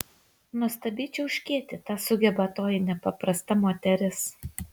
nuostabiai čiauškėti tą sugeba toji nepaprasta moteris